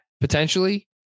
potentially